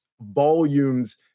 volumes